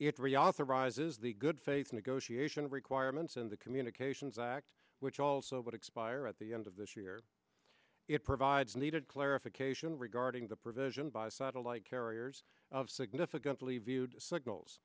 the good faith negotiation requirements in the communications act which also but expire at the end of this year it provides needed clarification regarding the provision by satellite carriers of significantly viewed signals